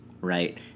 right